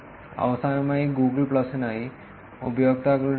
അവസാനമായി ഗൂഗിൾ പ്ലസിനായി ഉപയോക്താക്കളുടെ 5